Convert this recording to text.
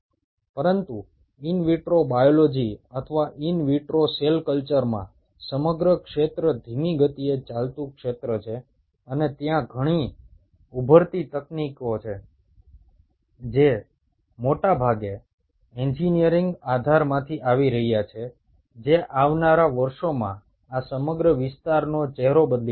এই সম্পূর্ণ in vitro biology বা ইনভিট্রো কালচার ফিল্ডটি খুবই ধীর গতির ফিল্ড এবং এখন বিভিন্ন ধরনের টেকনোলজি আসছে যেগুলো বেশিরভাগই ইঞ্জিনিয়ারিং ব্যাকগ্রাউন্ড থেকে যেগুলো আগামী কয়েক বছরের মধ্যে প্রচুর বদল নিয়ে আসবে